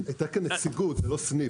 לא, הייתה כאן נציגות, זה לא סניף.